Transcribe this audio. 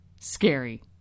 scary